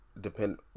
Depend